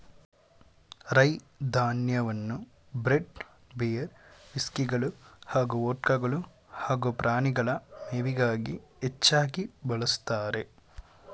ರೈ ಧಾನ್ಯವನ್ನು bread beer ವಿಸ್ಕಿಗಳು ಹಾಗೂ ವೊಡ್ಕಗಳು ಹಾಗೂ ಪ್ರಾಣಿಗಳ ಮೇವಿಗಾಗಿ ಹೆಚ್ಚಾಗಿ ಬಳಸ್ತಾರೆ